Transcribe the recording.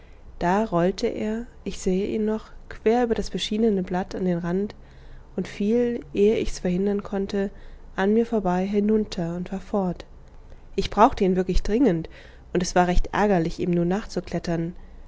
da rollte er ich sehe ihn noch quer über das beschienene blatt an den rand und fiel ehe ichs verhindern konnte an mir vorbei hinunter und war fort ich brauchte ihn wirklich dringend und es war recht ärgerlich ihm nun